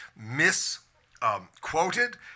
misquoted